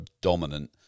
dominant